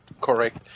correct